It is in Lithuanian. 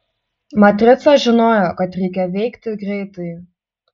matrica žinojo kad reikia veikti greitai